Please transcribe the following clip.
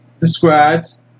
describes